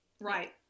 Right